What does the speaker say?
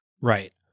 Right